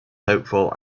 hopeful